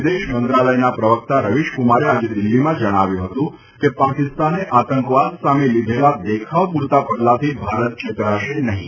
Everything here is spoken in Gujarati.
વિદેશમંત્રાલયના પ્રવક્તા રવિશકુમારે આજે દિલ્હીમાં જણાવ્યું હતું કે પાકિસ્તાને આતંકવાદ સામે લિધેલા દેખાવ પુરતાં પગલાંથી ભારત છેતરાશે નહિ